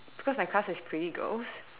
because my class has pretty girls